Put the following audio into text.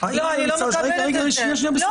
יוליה מלינובסקי (יו"ר ועדת מיזמי תשתית